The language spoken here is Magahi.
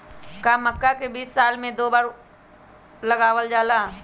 का मक्का के बीज साल में दो बार लगावल जला?